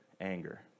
anger